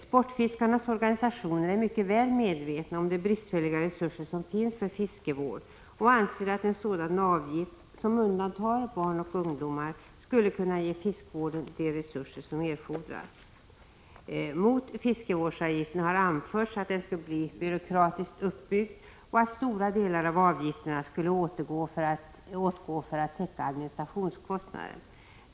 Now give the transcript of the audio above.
Sportfiskarnas organisationer är mycket väl medvetna om de bristfälliga resurserna för fiskevård och anser att en avgift — barn och ungdomar skulle undantas — skulle kunna ge fiskevården de resurser som erfordras. Mot fiskevårdsavgiften har anförts att den skulle bli byråkratiskt uppbyggd och att stora delar av avgifterna skulle åtgå för att täcka administrationskostnaderna.